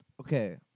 okay